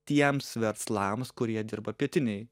tiems verslams kurie dirba pietinėj